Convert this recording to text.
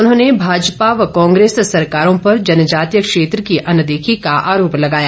उन्होंने भाजपा व कांग्रेस सरकारों पर जनजातीय क्षेत्र की अनदेखी का आरोप लगाया